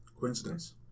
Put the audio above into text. Coincidence